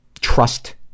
trust